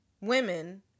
women